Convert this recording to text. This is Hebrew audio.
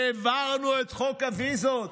העברנו את חוק הוויזות.